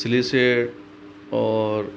psyllid से और